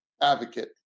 advocate